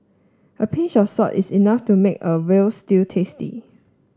a pinch of salt is enough to make a veal stew tasty